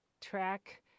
track